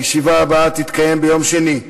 הישיבה הבאה תתקיים ביום שני,